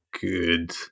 good